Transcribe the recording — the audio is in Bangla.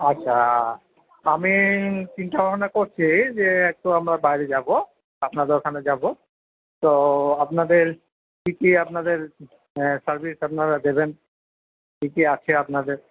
আচ্ছা আমি চিন্তাভাবনা করছি যে একটু আমরা বাইরে যাব আপনাদের ওখানে যাব তো আপনাদের কি কি আপনাদের সার্ভিস আপনারা দেবেন কি কি আছে আপনাদের